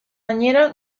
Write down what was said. gainera